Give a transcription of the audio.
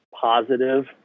positive